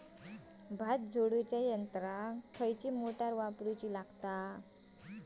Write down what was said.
भात झोडूच्या यंत्राक खयली मोटार वापरू?